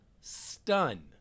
Stun